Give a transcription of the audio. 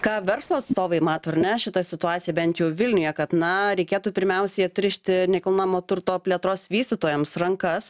ką verslo atstovai mato ar ne šitoj situacijoj bent jau vilniuje kad na reikėtų pirmiausiai atrišti nekilnojamo turto plėtros vystytojams rankas